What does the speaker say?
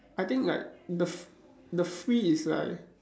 I think like the f~ the free is like